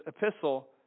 epistle